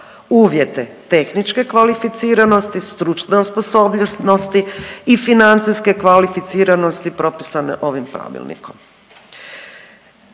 uvjete tehničke kvalificiranosti, stručne osposobljenosti i financijske kvalificiranosti propisane ovim pravilnikom.